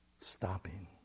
stopping